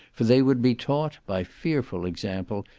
for they would be taught, by fearful example,